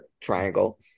triangle